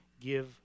give